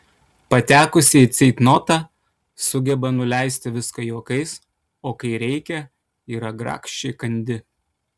patekusi į ceitnotą sugeba nuleisti viską juokais o kai reikia yra grakščiai kandi